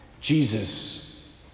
Jesus